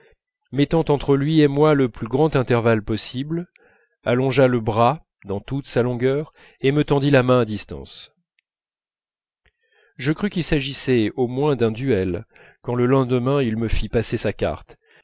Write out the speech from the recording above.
mettant entre lui et moi le plus grand intervalle possible allongea le bras dans toute sa longueur et me tendit la main à distance je crus qu'il s'agissait au moins d'un duel quand le lendemain il me fit passer sa carte